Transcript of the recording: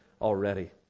already